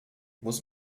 muss